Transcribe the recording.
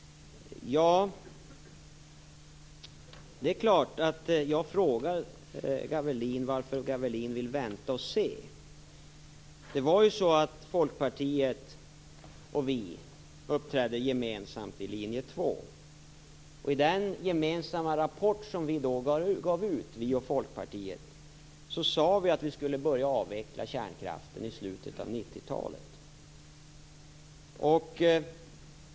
Jag frågade Gavelin varför han vill vänta och se. Folkpartiet och vi uppträdde ju gemensamt i linje 2. I den gemensamma rapport som vi - Socialdemokraterna och Folkpartiet - då gav ut sade vi att vi skulle börja avveckla kärnkraften i slutet av 90-talet.